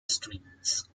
streets